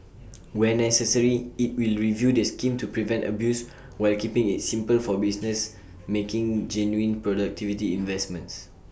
where necessary IT will review the scheme to prevent abuse while keeping IT simple for businesses making genuine productivity investments